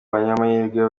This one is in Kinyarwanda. banyamahirwe